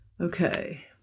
Okay